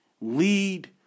Lead